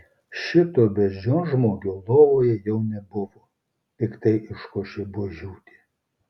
šito beždžionžmogio lovoje jau nebuvo piktai iškošė buožiūtė